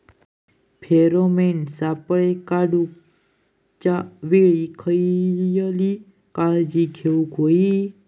Pheromone सापळे टाकूच्या वेळी खयली काळजी घेवूक व्हयी?